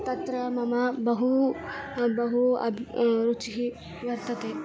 तत्र मम बहु बहु अभि रुचिः वर्तते